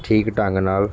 ਠੀਕ ਢੰਗ ਨਾਲ